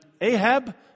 Ahab